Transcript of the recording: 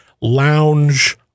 lounge